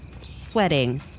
sweating